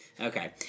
Okay